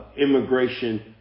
immigration